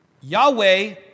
Yahweh